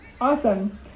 Awesome